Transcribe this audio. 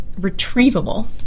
retrievable